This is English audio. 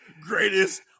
Greatest